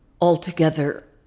Altogether